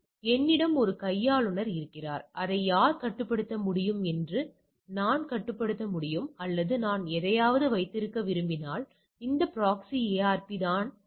இப்போது என்னிடம் ஒரு கையாளுநர் இருக்கிறார் இதை யார் கட்டுப்படுத்த முடியும் என்பதை நான் கட்டுப்படுத்த முடியும் அல்லது நான் எதையாவது வைத்திருக்க விரும்பினால் இந்த ப்ராக்ஸி ARP தானே இருக்க முடியும்